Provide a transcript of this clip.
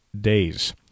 days